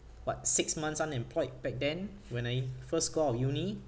what six months unemployed back then when I first got out of uni